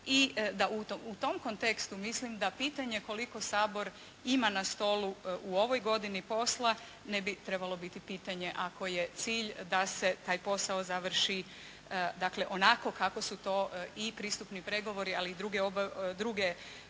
da u tom kontekstu mislim da pitanje koliko Sabor ima na stolu u ovoj godini posla ne bi trebalo biti pitanje ako je cilj da se taj posao završi dakle onako kako su to i pristupni pregovori ali i druge stvari